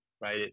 right